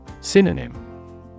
Synonym